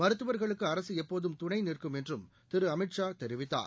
மருத்துவர்களுக்கு அரசு எப்போதும் துணை நிற்கும் என்றும் திரு அமித்ஷா தெரிவித்தார்